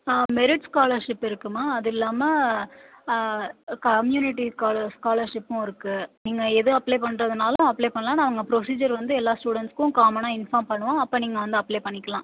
ஆ merit scholarship இருக்குதும்மா அது இல்லாமல் கம்யூனிட்டி காலர் ஸ்காலர்ஷிப்பும் இருக்குது நீங்கள் எது அப்ளை பண்ணுறதுனாலும் அப்ளை பண்ணலாம் நாங்கள் ப்ரொசீஜர் வந்து எல்லா ஸ்டூடண்ட்ஸ்க்கும் காமனாக இன்ஃபார்ம் பண்ணுவோம் அப்போ நீங்கள் வந்து அப்ளை பண்ணிக்கலாம்